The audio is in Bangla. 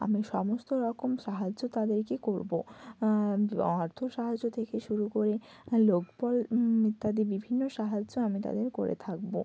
আমি সমস্ত রকম সাহায্য তাদেরকে করবো অর্থসাহায্য থেকে শুরু করে লোকবল ইত্যাদি বিভিন্ন সাহায্য আমি তাদের করে থাকবো